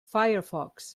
firefox